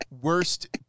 Worst